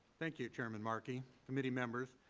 thank you, chairman markey, committee members.